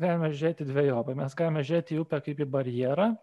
galima žiūrėti dvejopai mes galime žiūrėti į upę kaip į barjerą